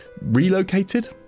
Relocated